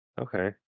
Okay